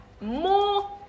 more